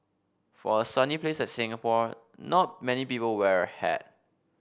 for a sunny place like Singapore not many people wear a hat